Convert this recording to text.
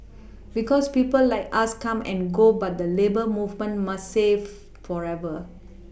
because people like us come and go but the labour movement must safe forever